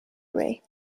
gray